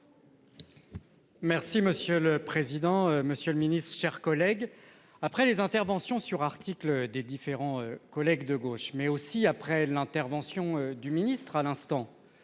Merci monsieur le président, Monsieur le Ministre, chers collègues, après les interventions sur articles des différents collègues de gauche mais aussi après l'intervention du ministre à l'instant.